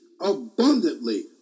abundantly